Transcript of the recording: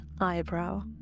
eyebrow